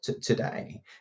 today